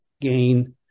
gain